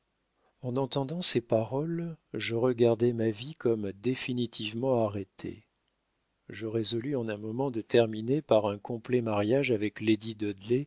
en entendant ces paroles je regardai ma vie comme définitivement arrêtée je résolus en un moment de terminer par un complet mariage avec lady